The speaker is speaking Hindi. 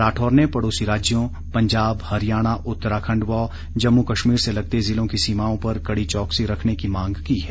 राठौर ने पड़ोसी राज्यों पंजाब हरियाणा उत्तराखण्ड व जम्मू कश्मीर से लगते जिलों की सीमाओं पर कड़ी चौकसी रखने की मांग की है